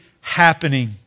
happening